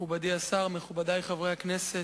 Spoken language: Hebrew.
מכובדי השר, מכובדי חברי הכנסת,